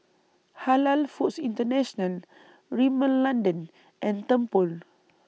Halal Foods International Rimmel London and Tempur